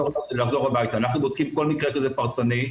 אנחנו בודקים כל מקרה כזה פרטנית,